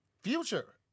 Future